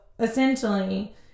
Essentially